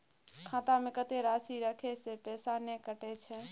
खाता में कत्ते राशि रखे से पैसा ने कटै छै?